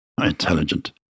intelligent